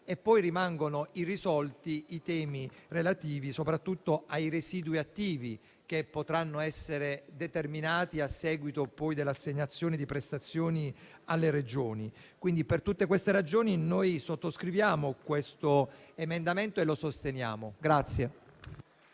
infine irrisolti i temi relativi soprattutto ai residui attivi che potranno essere determinati a seguito dell'assegnazione di prestazioni alle Regioni. Per tutte queste ragioni chiediamo di sottoscrivere questo emendamento e lo sosteniamo.